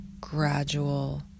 gradual